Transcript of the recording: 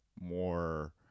more